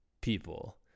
people